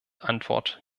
antwort